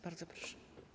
Bardzo proszę.